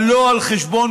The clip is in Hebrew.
אבל לא על חשבון